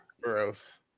Gross